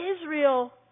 Israel